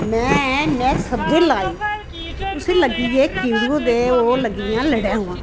में में सब्जी लाई उसी लग्गियै कीड़ू होंदे ओह् लग्गी आं लड़ेमां